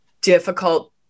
difficult